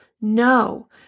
No